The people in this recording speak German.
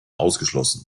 ausgeschlossen